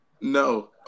no